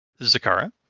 Zakara